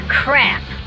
crap